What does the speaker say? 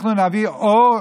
אנחנו נביא אור,